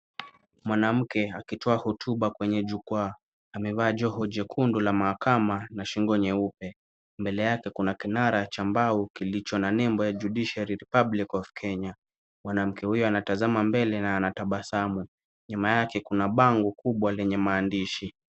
Mwanamke akitoa hotuba kwenye jukwaa. Amevaa joho jekundu la mahakama na shingo nyeupe. Mbele yake kuna kinara cha mbao kilicho na nembo ya Judiciary Republic of Kenya . Mwanamke huyo anatazama mbele na anatabasamu. Nyuma yake kuna bango kubwa lenye maandishi.